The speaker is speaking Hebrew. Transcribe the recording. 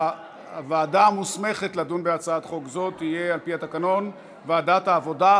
הוועדה המוסמכת לדון בהצעת חוק זו על-פי התקנון היא ועדת העבודה,